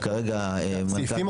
שישה סעיפים,